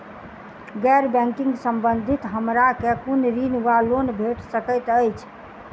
गैर बैंकिंग संबंधित हमरा केँ कुन ऋण वा लोन भेट सकैत अछि?